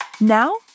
Now